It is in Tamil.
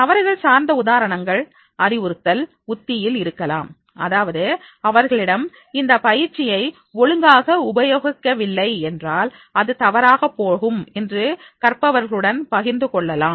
தவறுகள் சார்ந்த உதாரணங்கள் அறிவுறுத்தல் உத்தியில் இருக்கலாம் அதாவது அவர்களிடம் இந்த பயிற்சியை ஒழுங்காக உபயோகிக்கவில்லை என்றால் எது தவறாகப் போகும் என்று கற்பவர்களுடன் பகிர்ந்து கொள்ளலாம்